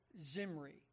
Zimri